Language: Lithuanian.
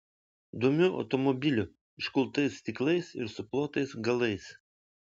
dumiu automobiliu iškultais stiklais ir suplotais galais